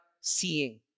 seeing